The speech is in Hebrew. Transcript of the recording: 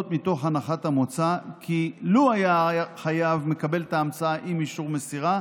מתוך הנחת המוצא כי לו היה החייב מקבל את ההמצאה עם אישור מסירה,